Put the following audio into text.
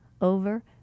over